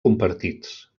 compartits